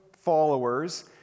followers